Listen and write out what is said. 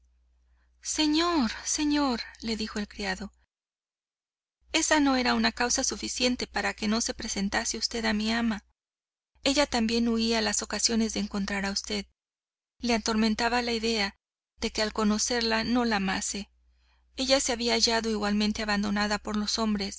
señor señor dijo el criado esa no era causa suficiente para que no se presentase usted a mi ama ella también huía las ocasiones de encontrar a usted le atormentaba la idea de que al conocerla no la amase ella se había hallado igualmente abandonada por los hombres